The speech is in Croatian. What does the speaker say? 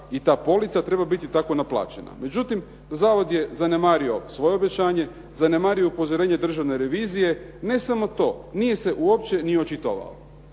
i ta polica treba biti tako naplaćena. Međutim, zavod je zanemario svoje obećanje, zanemario je upozorenje Državne revizije. Ne samo to, nije se uopće ni očitovao.